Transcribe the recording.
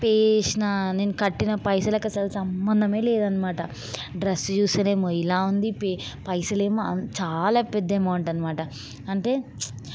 pay చేసిన నేను కట్టిన పైసలకు అసలు సంబంధమే లేదు అనమాట డ్రెస్సు చూస్తేనేమో ఇలా ఉంది పైసలేమో ఆ చాలా పెద్ద అమౌంట్ అనమాట అంటే